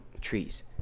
trees